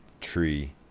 tree